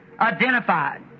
identified